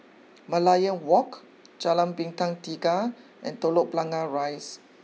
Merlion walk Jalan Bintang Tiga and Telok Blangah Rise